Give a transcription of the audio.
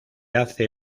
hace